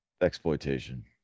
exploitation